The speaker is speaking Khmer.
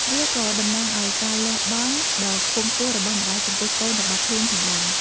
វាក៏តំណាងឱ្យការលះបង់ដ៏ខ្ពង់ខ្ពស់របស់ម្តាយចំពោះកូនរបស់ខ្លួនផងដែរ។